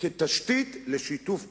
כתשתית לשיתוף פעולה,